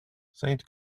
saint